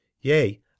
Yea